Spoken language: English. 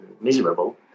miserable